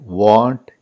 want